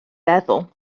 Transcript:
feddwl